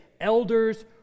elders